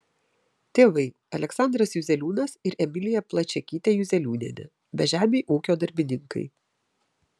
tėvai aleksandras juzeliūnas ir emilija plačiakytė juzeliūnienė bežemiai ūkio darbininkai